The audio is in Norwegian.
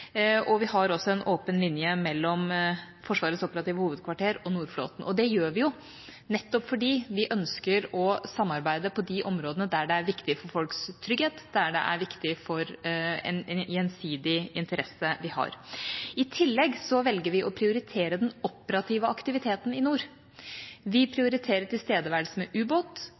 inkludert. Vi har også en åpen linje mellom Forsvarets operative hovedkvarter og Nordflåten. Det gjør vi nettopp fordi vi ønsker å samarbeide på de områdene der det er viktig for folks trygghet, der det er viktig for en gjensidig interesse vi har. I tillegg velger vi å prioritere den operative aktiviteten i nord. Vi